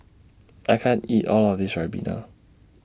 I can't eat All of This Ribena